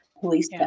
police